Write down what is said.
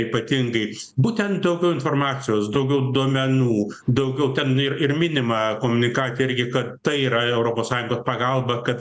ypatingai būtent daugiau informacijos daugiau duomenų daugiau ten ir ir minima komunikate irgi kad tai yra europos sąjungos pagalba kad